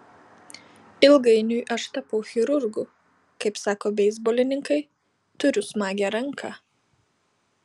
ilgainiui aš tapau chirurgu kaip sako beisbolininkai turiu smagią ranką